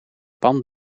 pan